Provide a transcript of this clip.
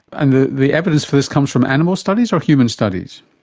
and the the evidence for this comes from animal studies or human studies?